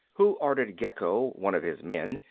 who ordered gecco, one of his men,